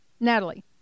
Natalie